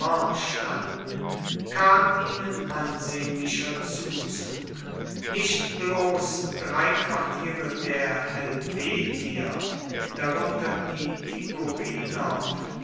standen kam ihnen ansehnlicher zuzug nicht bloß drei quartiere der helvetier darunter die tigoriner und